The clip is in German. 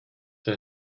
für